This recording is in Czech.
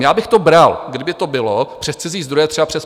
Já bych to bral, kdyby to bylo přes cizí zdroje, třeba přes PPP.